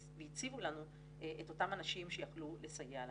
והציבו לנו את אותם אנשים שיכלו לסייע לנו.